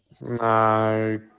No